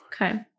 Okay